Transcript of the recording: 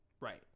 Right